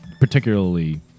Particularly